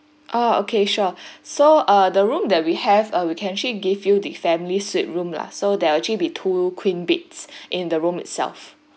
ah okay sure so err the room that we have we can actually give you the family suite room lah so there will be two queen beds in the room itself